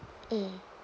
mm